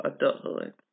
adulthood